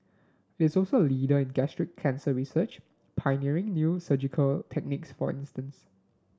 it is also a leader in gastric cancer research pioneering new surgical techniques for instance